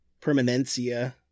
Permanencia